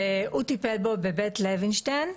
והוא טיפל בו בבית לוינשטיין,